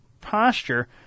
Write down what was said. posture